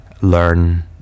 learn